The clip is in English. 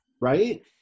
right